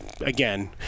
again